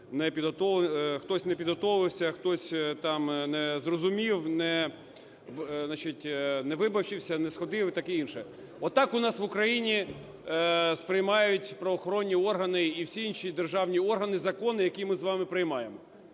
хтось не підготувався, хтось там не зрозумів, не вибачився, не сходив і таке інше. Отак у нас в Україні сприймають правоохоронні органи і всі інші державні органи закони, які ми з вами приймаємо.